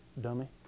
Dummy